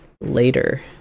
later